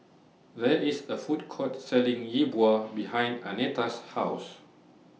There IS A Food Court Selling Yi Bua behind Annetta's House